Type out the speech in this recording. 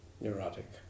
neurotic